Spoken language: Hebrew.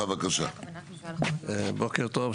בוקר טוב,